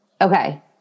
Okay